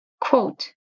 quote